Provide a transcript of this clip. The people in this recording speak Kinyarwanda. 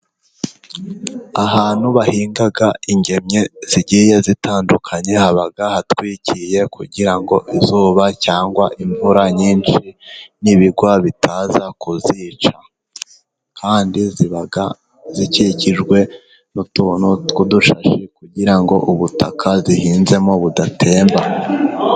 Ahantu bahinga ingemwe zigiye zitandukanye, haba hatwikiye kugira ngo izuba cyangwa imvura nyinshi nibigwa bitaza kuzica, kandi ziba zikikijwe n'utuntu tw'udushashi kugira ngo ubutaka zihinzemo budatemba,